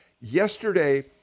yesterday